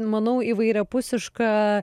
manau įvairiapusišką